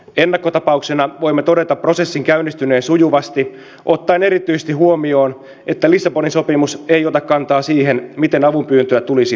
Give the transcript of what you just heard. ennakkotapauksena voimme todeta prosessin käynnistyneen sujuvasti ottaen erityisesti huomioon että lissabonin sopimus ei ota kantaa siihen miten avunpyyntöä tulisi koordinoida